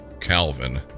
Calvin